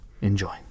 Enjoy